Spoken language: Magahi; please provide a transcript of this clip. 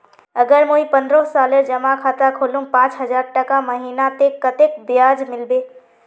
अगर मुई पन्द्रोह सालेर जमा खाता खोलूम पाँच हजारटका महीना ते कतेक ब्याज मिलबे?